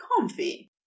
comfy